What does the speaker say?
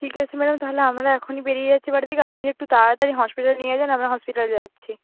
ঠিক আছে ম্যাডাম তাহলে আমরা এখনি বেরিয়ে যাচ্ছি বাট আপনি একটু তাড়াতাড়ি হসপিটালে নিয়ে যান আমরা হসপিটাল যাচ্ছি